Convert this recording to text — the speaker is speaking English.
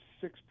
six